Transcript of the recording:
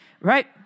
right